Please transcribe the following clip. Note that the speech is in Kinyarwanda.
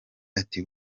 ati